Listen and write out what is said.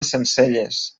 sencelles